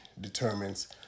determines